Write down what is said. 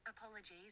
Apologies